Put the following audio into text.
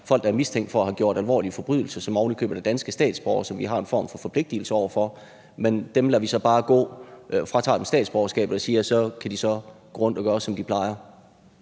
folk, der er mistænkt for at have begået alvorlige forbrydelser, og som ovenikøbet er danske statsborgere, som vi har en form for forpligtelse over for, men dem lader vi så bare gå; vi fratager dem statsborgerskabet og siger, at de så kan gå rundt og gøre, som de plejer.